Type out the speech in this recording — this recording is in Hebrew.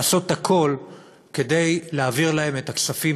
לעשות הכול כדי להעביר להם את הכספים